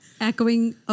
echoing